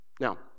Now